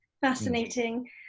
fascinating